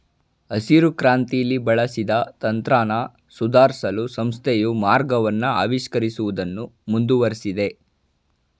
ಹಸಿರುಕ್ರಾಂತಿಲಿ ಬಳಸಿದ ತಂತ್ರನ ಸುಧಾರ್ಸಲು ಸಂಸ್ಥೆಯು ಮಾರ್ಗವನ್ನ ಆವಿಷ್ಕರಿಸುವುದನ್ನು ಮುಂದುವರ್ಸಿದೆ